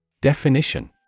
Definition